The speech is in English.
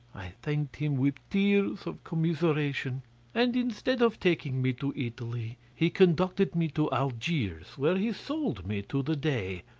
i thanked him with tears of commiseration and instead of taking me to italy he conducted me to algiers, where he sold me to the dey.